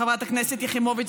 חברת הכנסת יחימוביץ,